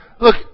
Look